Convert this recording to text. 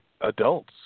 adults